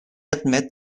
admet